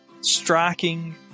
striking